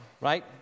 right